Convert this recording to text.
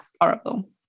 horrible